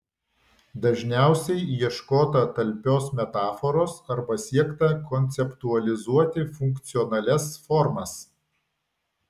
dažniausiai ieškota talpios metaforos arba siekta konceptualizuoti funkcionalias formas